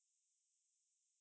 the home taste